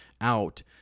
out